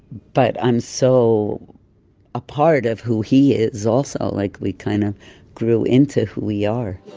but i'm so a part of who he is also like we kind of grew into who we are